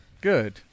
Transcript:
Good